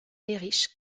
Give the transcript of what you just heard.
erich